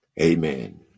Amen